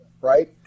right